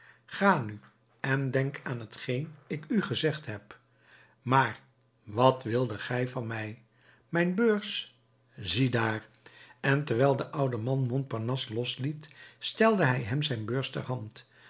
ga nu en denk aan t geen ik u gezegd heb maar wat wildet gij van mij mijn beurs ziedaar en terwijl de oude man montparnasse losliet stelde hij hem zijn beurs ter hand